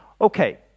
Okay